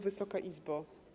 Wysoka Izbo!